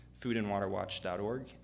foodandwaterwatch.org